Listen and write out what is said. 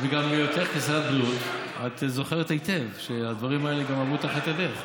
גם בהיותך שרת הבריאות את זוכרת היטב שהדברים האלה גם עברו תחת ידייך.